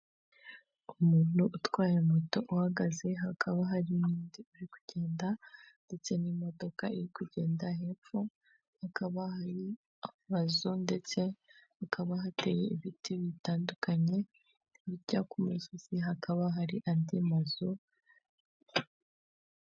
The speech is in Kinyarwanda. Umuntu utwaye moto uhagaze hakaba harindi uri kugenda ndetse n'imodoka iri kugenda hepfo hakaba hari amazu ndetse hakaba hateye ibiti bitandukanye hirya ku musozi hakaba hari andi mazu.